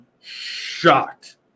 shocked